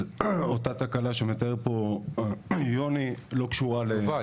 אז אותה תקלה שמתאר פה יוני לא קשורה --- יובל,